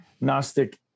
gnostic